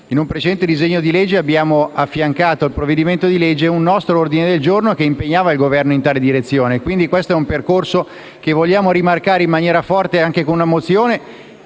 ad un precedente disegno di legge avevamo affiancato un nostro ordine del giorno che impegnava il Governo in tale direzione, quindi questo è un percorso che vogliamo rimarcare in maniera forte, anche con una mozione